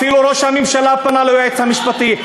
אפילו ראש הממשלה פנה ליועץ המשפטי,